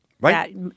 Right